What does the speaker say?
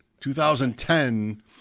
2010